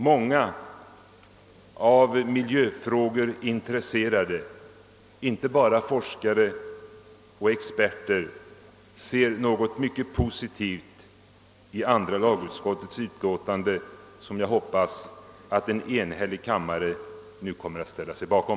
Många av miljöfrågor intresserade, inte bara forskare och experter, ser något mycket positivt i andra lagutskottets utlåtande, som jag hoppas att en enhällig kammare nu kommer att ställa sig bakom.